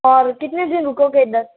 और कितने दिन रुकोगे इधर